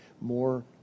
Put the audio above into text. more